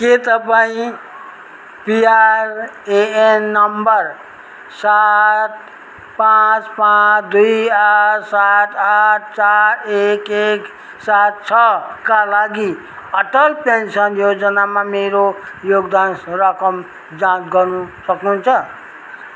के तपाईँँ PRAN number सात पाँच पाँच दुई आठ सात आठ चार एक एक सात छका लागि अटल पेन्सन योजनामा मेरो योगदान रकम जाँच गर्नु सक्नु हुन्छ